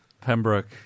Pembroke